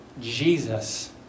Jesus